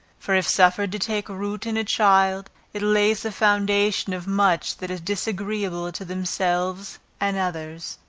for if suffered to take root in a child, it lays the foundation of much that is disagreeable to themselves and others.